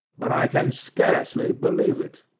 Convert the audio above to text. but i can scarcely believe it.